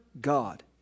God